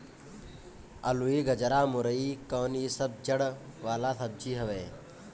अलुई, गजरा, मूरइ कोन इ सब जड़ वाला सब्जी हवे